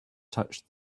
touched